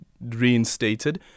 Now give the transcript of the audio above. reinstated